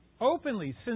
openly